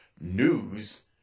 News